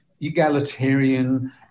egalitarian